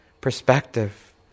perspective